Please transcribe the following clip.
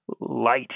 light